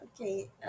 Okay